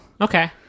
Okay